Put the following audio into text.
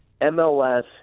MLS